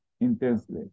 intensely